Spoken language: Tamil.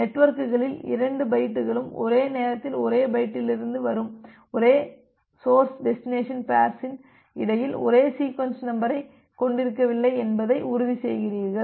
நெட்வொர்க்குகளில் இரண்டு பைட்டுகளும் ஒரே நேரத்தில் ஒரே பயன்பாட்டிலிருந்து வரும் ஒரே சோர்ஸ் டெஸ்டினேசன் பேர்ஸ்சின் இடையில் ஒரே சீக்வென்ஸ் நம்பரைக் கொண்டிருக்கவில்லை என்பதை உறுதிசெய்கிறீர்கள்